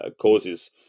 causes